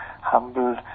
humble